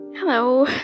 Hello